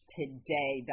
today